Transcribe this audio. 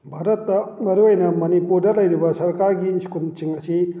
ꯚꯥꯔꯠꯇ ꯃꯔꯨ ꯑꯣꯏꯅ ꯃꯅꯤꯄꯨꯔꯗ ꯂꯩꯔꯤꯕ ꯁꯔꯀꯥꯔꯒꯤ ꯏꯁꯀꯨꯜꯁꯤꯡꯁꯤ